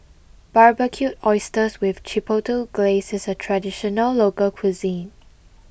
Barbecued Oysters with Chipotle Glaze is a traditional local cuisine